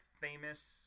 famous